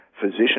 physician